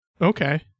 Okay